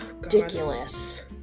Ridiculous